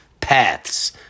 paths